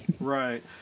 Right